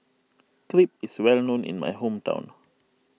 Crepe is well known in my hometown